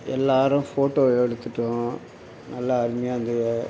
எல்லாரும் ஃபோட்டோ எடுத்துவிட்டோம் நல்ல அருமையாக இருந்தது